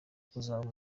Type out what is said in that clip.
kuzaba